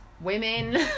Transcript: women